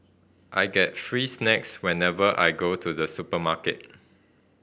I get free snacks whenever I go to the supermarket